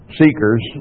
seekers